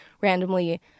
randomly